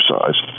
exercise